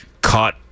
Caught